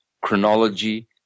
chronology